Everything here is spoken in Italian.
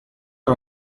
che